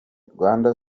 rwanda